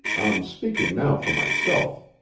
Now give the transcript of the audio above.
i'm speaking now for myself.